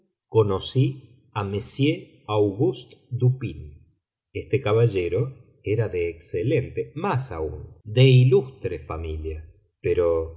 conocí a monsieur auguste dupín este caballero era de excelente más aún de ilustre familia pero